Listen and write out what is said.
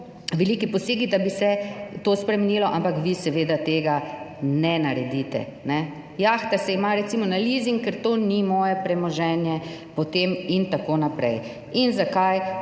veliki posegi, da bi se to spremenilo, ampak vi seveda tega ne naredite. Jahta se ima recimo na lizing, ker to ni moje premoženje potem in tako naprej. In zakaj